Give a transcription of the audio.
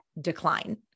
decline